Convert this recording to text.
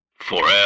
Forever